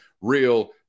real